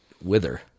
wither